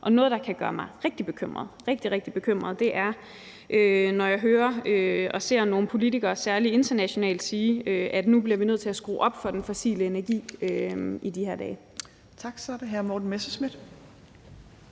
Noget, der kan gøre mig rigtig, rigtig bekymret, er, når jeg hører og ser nogle politikere, særlig internationalt, sige, at vi bliver nødt til at skrue op for den fossile energi i de her dage. Kl. 15:22 Tredje næstformand